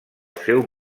seu